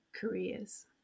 careers